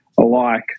alike